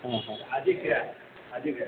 હા હા હા જી